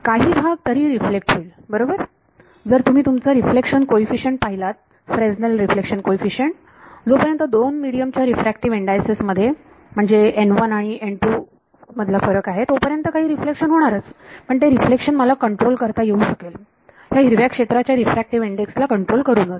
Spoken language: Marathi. काही भाग तरीही रिफ्लेक्ट होईल बरोबर जर तुम्ही तुमचा रिफ्लेक्शन कोईफिशंट पाहिलात फ्रेसनेल रिफ्लेक्शन कोईफिशंट जोपर्यंत दोन मिडीयम च्या रिफ्रॅक्टिव इंडायसेस मध्ये म्हणजे आणि फरक आहे तोपर्यंत काही रिफ्लेक्शन होणारच पण ते रिफ्लेक्शन मला कंट्रोल करता येऊ शकेल या हिरव्या क्षेत्राच्या रिफ्रॅक्टिव इंडेक्स ला कंट्रोल करूनच